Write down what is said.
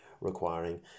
requiring